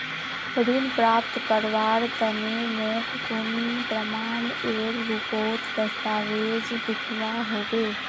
ऋण प्राप्त करवार तने मोक कुन प्रमाणएर रुपोत दस्तावेज दिखवा होबे?